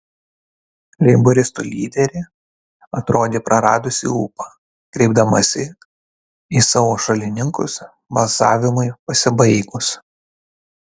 leiboristų lyderė atrodė praradusį ūpą kreipdamasi į savo šalininkus balsavimui pasibaigus